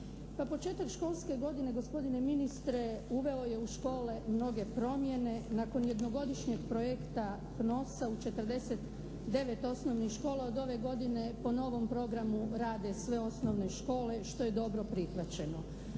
Pa početak školske godine gospodine ministre uveo je u škole mnoge promjene. Nakon jednogodišnjeg projekta Knosa u 49 osnovnih škola od ove godine po novom programu rade sve osnovne škole što je dobro prihvaćeno.